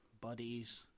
buddies